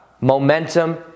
Momentum